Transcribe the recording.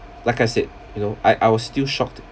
like I said you know I I was still shocked